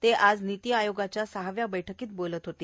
ते आज नीती आयोगाच्या सहाव्या बैठकीत बोलत होते